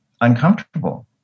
uncomfortable